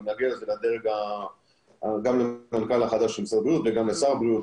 להגיע עם זה גם למנכ"ל החדש של משרד הבריאות וגם לשר הבריאות,